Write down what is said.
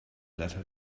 letter